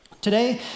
today